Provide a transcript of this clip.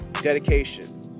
Dedication